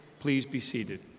please be seated.